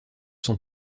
son